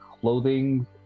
clothing